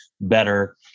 better